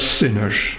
sinners